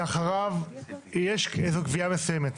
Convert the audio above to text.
שאחריו יש איזו גבייה מסוימת.